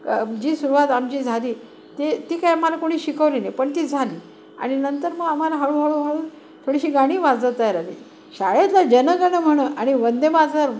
जी सुरुवात आमची झाली ती ती काय आम्हाला कोणी शिकवली नाही पण ती झाली आणि नंतर मग आम्हाला हळूहळूहळू थोडीशी गाणी वाजवता आली शाळेतला जन गण मन आणि वंदे मातरम